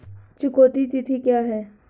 चुकौती तिथि क्या है?